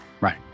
right